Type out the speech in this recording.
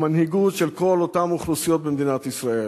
המנהיגות של כל אותן אוכלוסיות במדינת ישראל